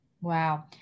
Wow